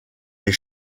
les